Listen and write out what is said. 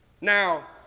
Now